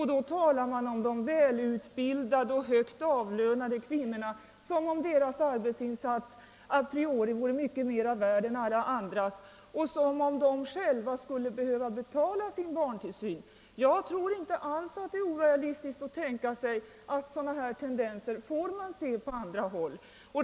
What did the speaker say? Man talar då om de välutbildade och högt avlönade kvinnorna som om deras arbetsinsats a priori vore mer värd än andras och som om de inte skulle kunna själva betala sin barntillsyn. Jag tror inte det är omöjligt att tänka sig att vi får se sådana tendenser på andra håll.